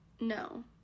No